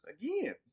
again